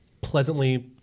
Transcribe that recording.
pleasantly